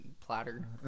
platter